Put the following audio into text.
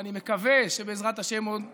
ואני מקווה שבעזרת השם עוד ניפגש.